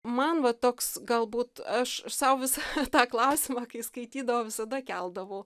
man va toks galbūt aš sau visą tą klausimą kai skaitydavau visada keldavau